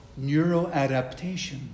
neuroadaptation